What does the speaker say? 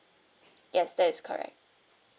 yes that is correct